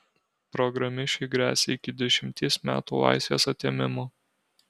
programišiui gresia iki dešimties metų laisvės atėmimo